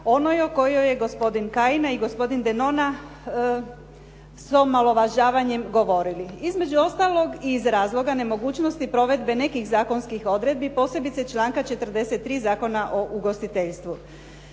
onoj o kojoj je gospodin Kajin i gospodin Denona su omalovažavanjem govorili, između ostalog i iz razloga nemogućnosti provedbe nekih zakonskih odredbi, posebice članka 43. Zakona o ugostiteljstvu.